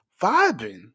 vibing